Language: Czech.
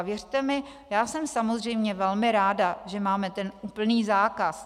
Věřte mi, já jsem samozřejmě velmi ráda, že máme ten úplný zákaz.